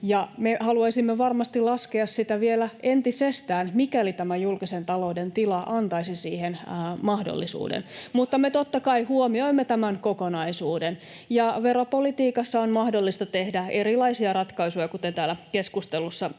haluisimme varmasti laskea sitä vielä entisestään, mikäli tämä julkisen talouden tila antaisi siihen mahdollisuuden. Mutta me, totta kai, huomioimme tämän kokonaisuuden, ja veropolitiikassa on mahdollista tehdä erilaisia ratkaisuja, kuten täällä keskustelussa